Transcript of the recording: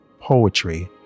Poetry